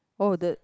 oh the